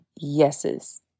yeses